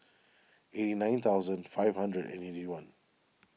eighty nine thousand five hundred and eighty one